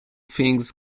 things